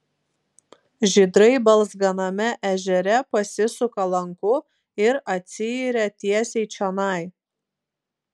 žydrai balzganame ežere pasisuka lanku ir atsiiria tiesiai čionai